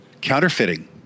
Counterfeiting